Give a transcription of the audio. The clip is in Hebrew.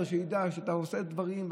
שייזהר וידע שכשהוא עושה דברים,